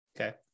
okay